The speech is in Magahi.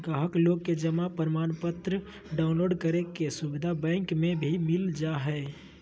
गाहक लोग के जमा प्रमाणपत्र डाउनलोड करे के सुविधा बैंक मे भी मिल जा हय